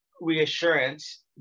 reassurance